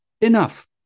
Enough